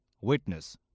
witness